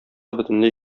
бөтенләй